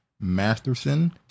Masterson